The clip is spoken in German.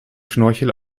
schnorchel